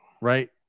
right